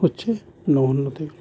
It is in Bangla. হচ্ছে নহন্যতে